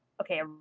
okay